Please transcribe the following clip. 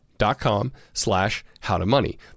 dot.com/slash/how-to-money